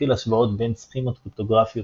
מכיל השוואות בין סכימות קריפטוגרפיות